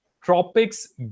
tropics